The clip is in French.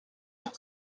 sur